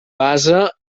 basa